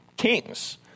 Kings